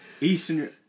Eastern